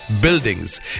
buildings